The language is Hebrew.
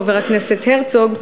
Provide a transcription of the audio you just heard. חבר הכנסת הרצוג,